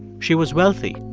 she was wealthy,